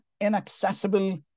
inaccessible